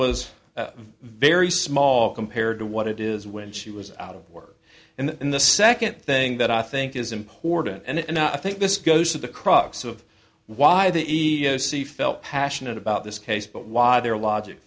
was very small compared to what it is when she was out of work and the second thing that i think is important and i think this goes to the crux of why the sea felt passionate about this case but why their logic